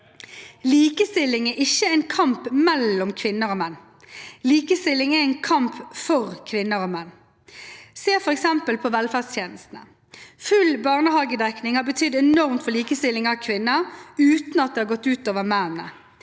Likestilling er ikke en kamp mellom kvinner og menn. Likestilling er en kamp for kvinner og menn. Se f.eks. på velferdstjenestene: Full barnehagedekning har betydd enormt mye for likestilling for kvinner, uten at det har gått ut over mennene.